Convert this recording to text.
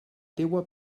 teua